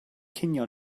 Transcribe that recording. cinio